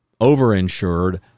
overinsured